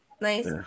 nice